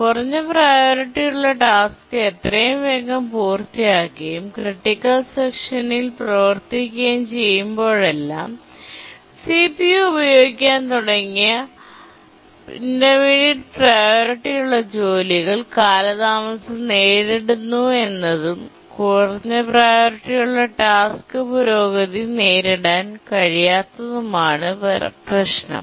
കുറഞ്ഞ പ്രിയോറിറ്റിയുള്ള ടാസ്ക് എത്രയും വേഗം പൂർത്തിയാക്കുകയും ക്രിട്ടിക്കൽ സെക്ഷൻ ൽ പ്രവർത്തിപ്പിക്കുകയും ചെയ്യുമ്പോഴെല്ലാം സിപിയു ഉപയോഗിക്കാൻ തുടങ്ങിയ ഇന്റർമീഡിയറ്റ് പ്രിയോറിറ്റിയുള്ള ജോലികൾ കാലതാമസം നേരിടുന്നുവെന്നതും കുറഞ്ഞ പ്രിയോറിറ്റിയുള്ള ടാസ്ക് പുരോഗതി നേടാൻ കഴിയാത്തതുമാണ് പ്രശ്നം